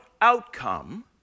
outcome